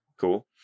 cool